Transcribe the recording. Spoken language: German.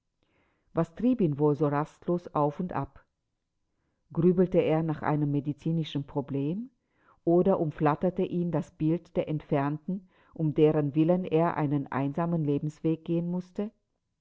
was trieb ihn wohl so rastlos auf und ab grübelte er über einem medizinischen problem oder umflatterte ihn das bild der entfernten um deren willen er einen einsamen lebensweg gehen mußte